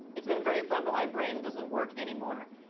it's been very fun but my brain doesn't work anymore.